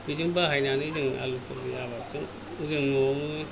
बिदिनो बाहायनानै जों आलुफोरनि आबादजों जों न'आवनो